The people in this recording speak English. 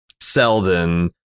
Selden